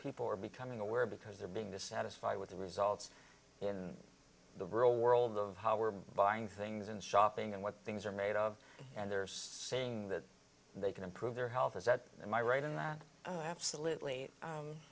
people are becoming aware because they're being dissatisfied with the results in the real world of how we're buying things and shopping and what things are made of and they're saying that they can improve their health is that my right in that oh absolutely